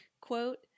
quote